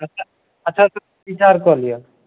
अच्छा अच्छासँ विचार कऽ लिअ